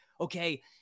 okay